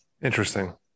Interesting